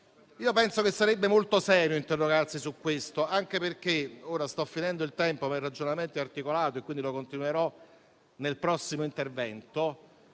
Penso che sarebbe molto serio interrogarsi su questo, anche perché - ora sto finendo il tempo, ma il ragionamento è articolato e quindi lo continuerò nel prossimo intervento